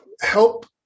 Help